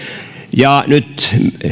nyt